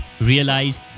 realize